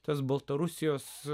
tas baltarusijos